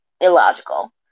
illogical